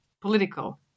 political